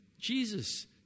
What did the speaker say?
Jesus